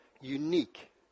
unique